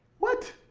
what?